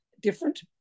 different